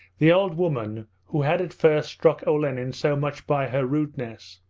the old woman, who had at first struck olenin so much by her rudeness,